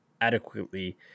adequately